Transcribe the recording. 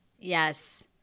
Yes